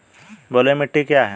बलुई मिट्टी क्या है?